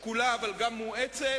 שקולה אבל גם מואצת,